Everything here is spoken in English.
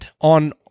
on